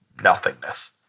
nothingness